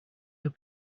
your